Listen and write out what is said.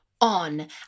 on